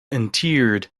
interred